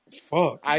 Fuck